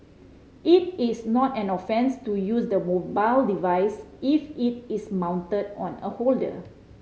it is not an offence to use the mobile device if it is mounted on a holder